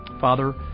Father